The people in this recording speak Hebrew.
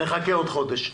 נחכה עוד חודש.